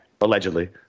allegedly